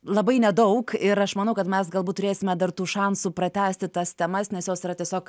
labai nedaug ir aš manau kad mes galbūt turėsime dar tų šansų pratęsti tas temas nes jos yra tiesiog